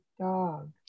dog